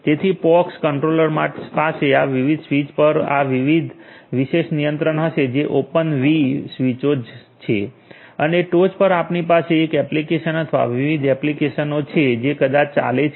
તેથી POX controller પાસે આ વિવિધ સ્વિચ પર આ વિશેષ નિયંત્રણ હશે જે ઓપનવી સ્વીચો જ છે અને ટોચ પર આપણી પાસે એક એપ્લિકેશન અથવા વિવિધ એપ્લિકેશનો છે જે કદાચ ચાલે છે